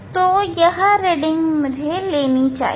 तो अब मुझे यह रीडिंग लेनी होगी